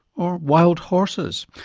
or wild horses?